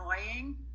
annoying